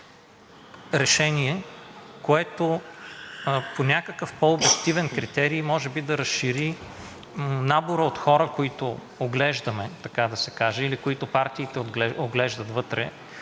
диалога решение, което по някакъв по-обективен критерий може би да разшири набора от хора, които оглеждаме, така да се каже, или които партиите оглеждат вътре.